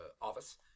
office